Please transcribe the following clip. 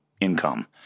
income